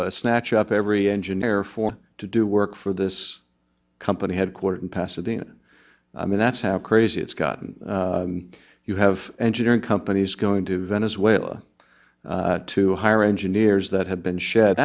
snatch up every engineer for to do work for this company headquartered in pasadena i mean that's how crazy it's gotten and you have engineering companies going to venezuela to hire engineers that had been shed